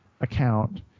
account